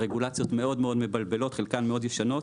הרגולציות מאוד-מאוד מבלבלות, חלקן מאוד ישנות.